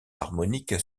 harmonique